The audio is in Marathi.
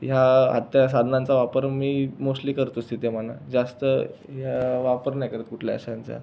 ह्या हत्यार साधनांचा वापर मी मोस्टली करतो तिथे म्हणा जास्त मी हा वापर नाही करत कुठल्या अशांचा